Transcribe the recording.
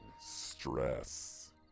stress